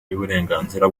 y’uburenganzira